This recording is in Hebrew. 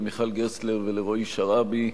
למיכל גרסטלר ולרועי שרעבי,